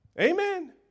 Amen